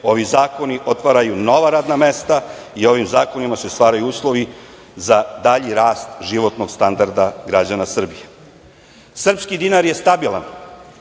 Ovi zakoni otvaraju nova radna mesta i ovim zakonima se stvaraju uslovi za dalji rast životnog standarda građana Srbije. Srpski dinar je stabilan